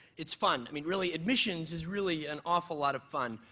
it's fun. i mean, really, admissions is really an awful lot of fun.